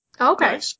Okay